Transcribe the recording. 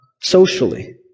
Socially